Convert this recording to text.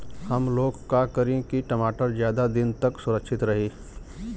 हमलोग का करी की टमाटर ज्यादा दिन तक सुरक्षित रही?